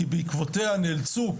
כי בעקבותיה נאלצו,